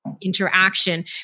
interaction